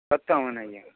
వస్తాము అని అయ్యా